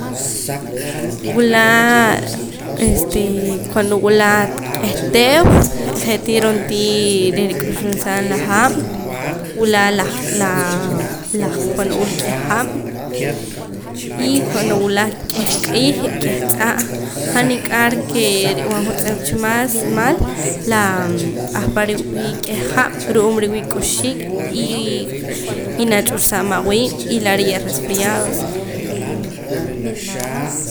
Wulaa este cuando wula k'eh teew je'tii ro'ntii rej rik'uxunsaam la haab' wula laa la cuando wula k'eh hab' y cuando wula k'eh q'iij y k'eh tz'aa' han niq'ar ke rub'an juntz'ep cha mas mal laa ahpare' wii k'eh hab' ru'uub' riwii' k'uxik y inach'ur saam awiib' la laa' riye' resfriados